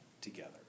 together